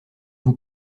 vous